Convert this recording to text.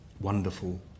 wonderful